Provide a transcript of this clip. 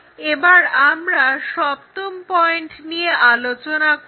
এবার আমরা সপ্তম পয়েন্ট নিয়ে আলোচনা করব